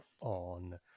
on